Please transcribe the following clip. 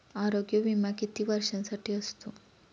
आरोग्य विमा किती वर्षांसाठी असतो?